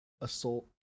assault